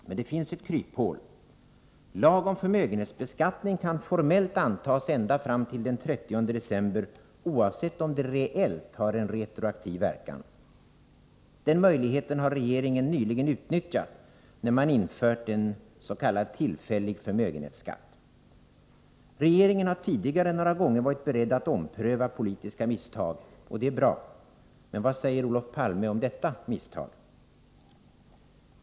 Men det finns ett kryphål. Lag om förmögenhetsbeskattning kan formellt antas ända fram till den 30 december, oavsett om den reellt har retroaktiv verkan. Den möjligheten har regeringen nyligen utnyttjat när man infört en s.k. tillfällig förmögenhetsskatt. Regeringen har tidigare några gånger varit beredd att ompröva politiska misstag. Det är bra. Men vad säger Olof Palme om detta misstag?